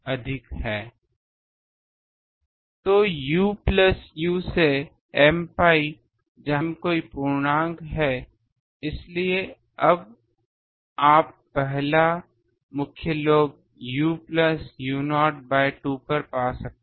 तो u plus u से m pi जहां m कोई पूर्णांक है इसलिए अब आप पहला मुख्य lobe u plus u0 by 2 पर पा सकते हैं